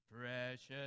precious